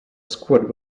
squad